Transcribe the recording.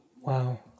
Wow